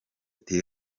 ati